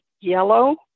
yellow